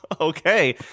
okay